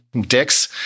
dicks